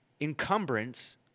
Encumbrance